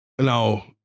Now